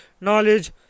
knowledge